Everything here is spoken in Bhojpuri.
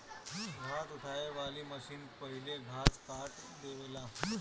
घास उठावे वाली मशीन पहिले घास काट देवेला